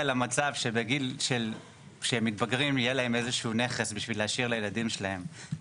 למצב שכשהם מתבגרים יהיה להם איזה שהוא נכס בשביל להשאיר לילדים שלהם,